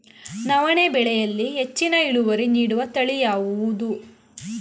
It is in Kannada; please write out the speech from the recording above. ನವಣೆ ಬೆಳೆಯಲ್ಲಿ ಹೆಚ್ಚಿನ ಇಳುವರಿ ನೀಡುವ ತಳಿ ಯಾವುದು?